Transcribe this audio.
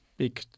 big